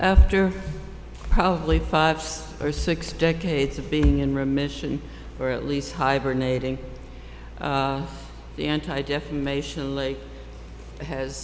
after probably five or six decades of being in remission for at least hibernating the anti defamation league has